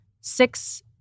six